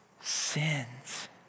sins